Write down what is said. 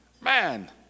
Man